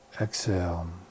exhale